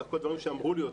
זה הכול דברים שנאמרו לי,